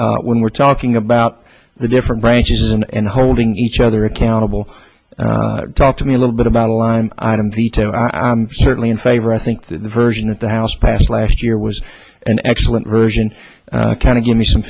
last when we're talking about the different branches and holding each other accountable talk to me a little bit about a line item veto certainly in favor of think the version of the house passed last year was an excellent version kind of give me some